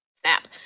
Snap